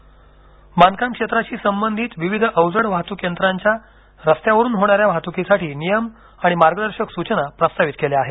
रस्ते सुरक्षा बांधकाम क्षेत्राशी संबंधित विविध अवजड वाहतूक यंत्रांच्या रस्त्यावरून होणाऱ्या वाहतूकीसाठी नियम आणि मार्गदर्शक सुचनां प्रस्तावित केल्या आहेत